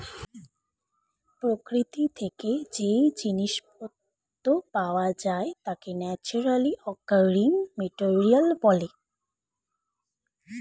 প্রকৃতি থেকে যেই জিনিস পত্র পাওয়া যায় তাকে ন্যাচারালি অকারিং মেটেরিয়াল বলে